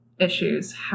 Issues